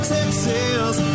Texas